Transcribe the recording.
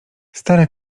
stare